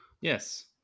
Yes